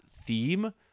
theme